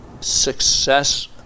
success